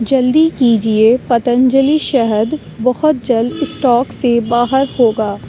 جلدی کیجیے پتنجلی شہد بہت جلد اسٹاک سے باہر ہوگا